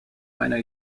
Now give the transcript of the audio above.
einer